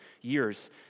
years